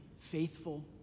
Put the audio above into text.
faithful